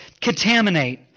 contaminate